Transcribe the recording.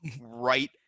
right